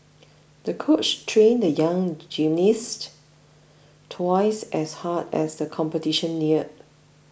the coach trained the young gymnast twice as hard as the competition neared